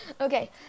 Okay